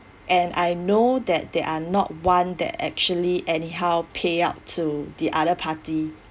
and I know that they are not one that actually anyhow pay up to the other party